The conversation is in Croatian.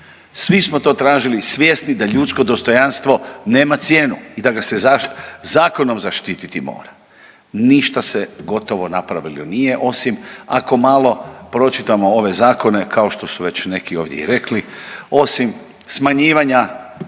Svi smo to tražili svjesni da ljudsko dostojanstvo nema cijenu i da ga se zakonom zaštititi mora. Ništa se gotovo napravilo nije osim ako malo pročitamo ove zakone kao što su već neki ovdje i rekli osim smanjivanja